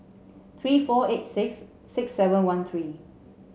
three four eight six six seven one three